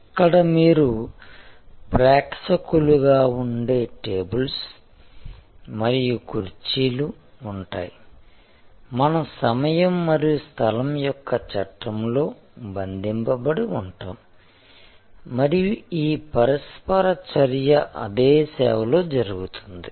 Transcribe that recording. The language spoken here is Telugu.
అక్కడ మీరు ప్రేక్షకులుగా ఉండే టేబుల్స్ మరియు కుర్చీలు ఉంటాయి మనం సమయం మరియు స్థలం యొక్క చట్రంలో బంధింపబడి ఉంటాము మరియు ఈ పరస్పర చర్య అదే సేవలో జరుగుతుంది